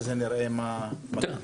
תוצרי פעילות יעדי אדם מבצע "מסלול בטוח").